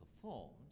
performed